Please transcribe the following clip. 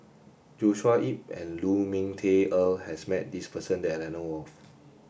Joshua Ip and Lu Ming Teh Earl has met this person that I know of